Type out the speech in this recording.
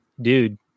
dude